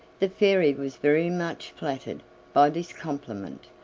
the fairy was very much flattered by this compliment,